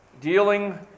dealing